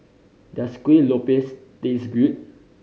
does Kuih Lopes taste good